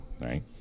right